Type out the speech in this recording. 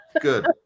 Good